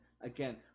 again